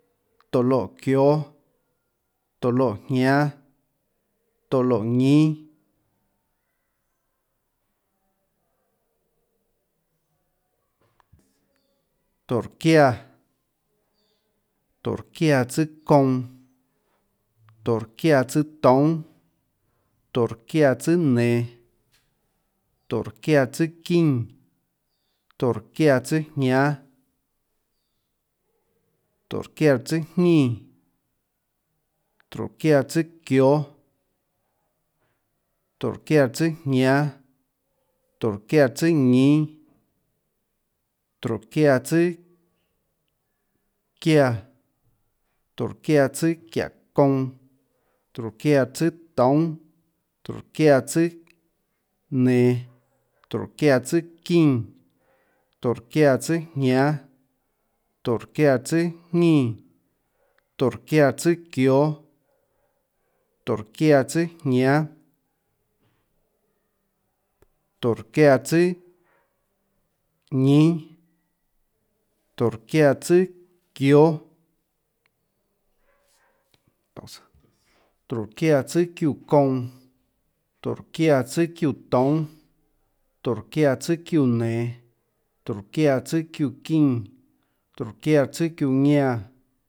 Tóå loè çióâ, tóå loè jñánâ, tóå loè ñínâ, tórå çiáã, tórå çiáã tsùâ kounã, tórå çiáã tsùâ toúnâ, tórå çiáã tsùâ nenå, tórå çiáã tsùâ çínã, tórå çiáã tsùâ ñánã, tórå çiáã tsùâjñínã, tórå çiáã tsùâ çióâ, tórå çiáã tsùâ jñánâ, tórå çiáã tsùâ ñínâ, tórå çiáã tsùâ çiáã, tórå çiáã tsùâ çiáâ kounã, tórå çiáã tsùâ çiáâ toúnâ, tórå çiáã tsùâ çiáâ nenå, tórå çiáã tsùâ çiáâ çínã, tórå çiáã tsùâ çiáâ ñánã, tórå çiáã tsùâ çiáâ jñínã, tórå çiáã tsùâ çiáâ çióâ, tórå çiáã tsùâ çiáâ jñánâ, tórå çiáã tsùâ çiáâ ñínâ, tórå çiáã tsùâ çiúã, tórå çiáã tsùâ çiúã kounã, tórå çiáã tsùâ çiúã toúnâ, tórå çiáã tsùâ çiúã nenå, tórå çiáã tsùâ çiúã çínã, tórå çiáã tsùâ çiúã ñánã.